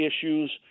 issues